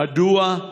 מדוע?